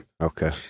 Okay